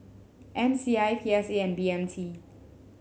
M C I P S A and B M T